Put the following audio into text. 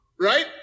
right